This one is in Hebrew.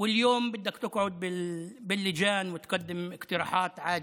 היה יושב עם המנהיגות של ישראל,